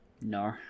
No